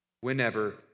whenever